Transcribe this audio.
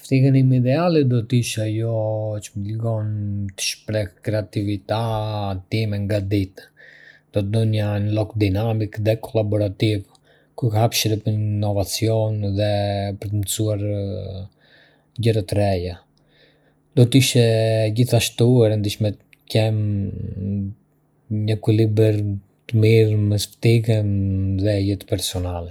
Ftihën ime ideale do të ishte ajo që më lejon të shpreh Kreativita time nga ditë. Do të doja një lok dinamik dhe kolaborativ, ku ka hapësirë për inovacion dhe për të mësuar gjëra të reja. Do të ishte gjithashtu e rëndësishme të kem një ekuilibër të mirë mes Ftihën dhe jetës personale.